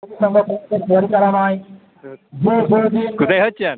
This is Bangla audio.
কোথায় হচ্ছে